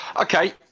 Okay